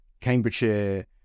Cambridgeshire